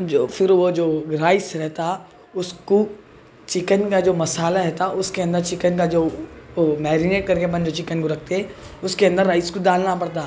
جو پھر وہ جو رائس رہتا اس کو چکن کا جو مصالحہ رہتا اس کے اندر چکن کا جو وہ میرینیٹ کر کے اپن جو چکن کو رکھتے ہیں اس کے اندر رائس کو ڈالنا پڑتا